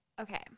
Okay